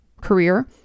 career